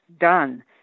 done